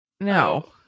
No